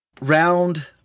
round